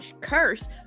curse